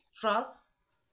Trust